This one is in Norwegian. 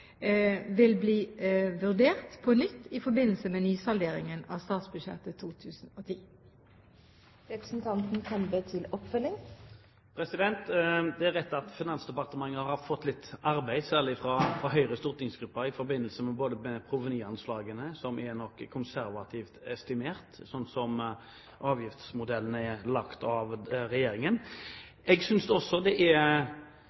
nytt i forbindelse med nysalderingen av statsbudsjettet 2010. Det er rett at Finansdepartementet har fått litt arbeid, i og med spørsmål fra Høyres stortingsgruppe, i forbindelse med provenyanslagene, som er noe konservativt estimert slik avgiftsmodellen er laget av